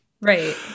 Right